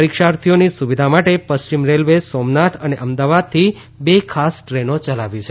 પરીક્ષાર્થીઓની સુવિધા માટે પશ્ચિમ રેલવેએ સોમનાથ અને અમદાવાદથી બે ખાસ ટ્રેનો ચલાવી છે